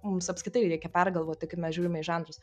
mums apskritai reikia pergalvoti kaip mes žiūrime į žanrus